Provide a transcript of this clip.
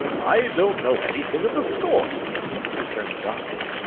i don't know anything of the sort returned the doctor.